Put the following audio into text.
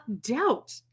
Doubt